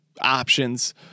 options